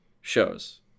shows